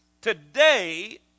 Today